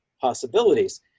possibilities